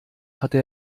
hatte